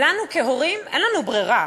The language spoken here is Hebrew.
ולנו כהורים אין ברירה,